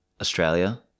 Australia